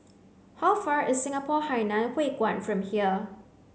how far is Singapore Hainan Hwee Kuan from here